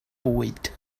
bwyd